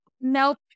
Nope